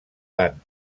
tant